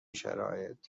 شرایط